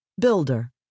builder